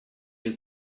you